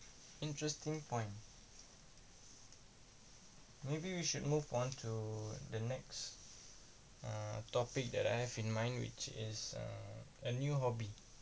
interesting point maybe we should move on to the next uh topic that I have in mind which is err a new hobby